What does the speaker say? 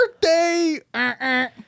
birthday